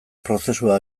prozesua